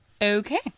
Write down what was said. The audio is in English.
Okay